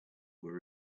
were